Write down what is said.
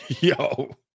yo